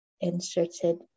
inserted